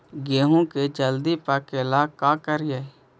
गेहूं के जल्दी पके ल का करियै?